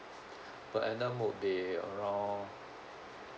per annum would be around